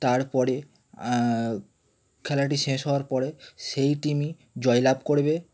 তার পরে খেলাটি শেষ হওয়ার পরে সেই টিমই জয় লাভ করবে